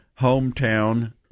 hometown